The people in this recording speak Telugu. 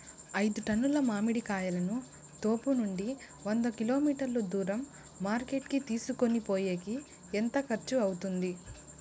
ఐదు టన్నుల మామిడి కాయలను తోపునుండి వంద కిలోమీటర్లు దూరం మార్కెట్ కి తీసుకొనిపోయేకి ఎంత ఖర్చు అవుతుంది?